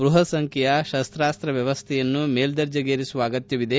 ಬೃಹತ್ ಸಂಖ್ಕೆಯ ಶಸ್ತಾಸ್ತ ವ್ವವಸ್ಟೆಯನ್ನು ಮೇಲ್ವರ್ಜೆಗೇರಿಸುವ ಅಗತ್ಯವಿದೆ